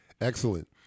Excellent